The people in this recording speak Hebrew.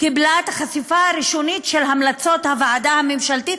קיבלה את החשיפה הראשונית של המלצות הוועדה הממשלתית,